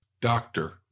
Doctor